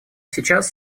сейчас